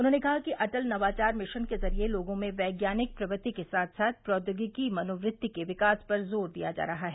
उन्होंने कहा कि अटल नवाचार मिशन के जरिए लोगों में वैज्ञानिक प्रवृत्ति के साथ प्रौद्योगिकीय मनोवृत्ति के विकास पर जोर दिया जा रहा है